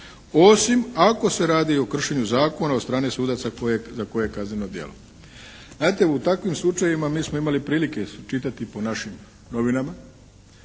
osim ako se radi o kršenju zakona od strane sudaca za koje je kazneno djelo.". Znate, u takvim slučajevima mi smo imali prilike čitati po našim novinama